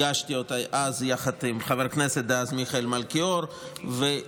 הגשתי אותה אז יחד עם חבר הכנסת דאז מיכאל מלכיאור והגישו